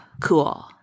cool